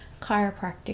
chiropractic